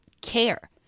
care